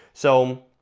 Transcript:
so,